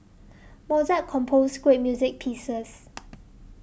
Mozart composed great music pieces